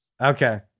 Okay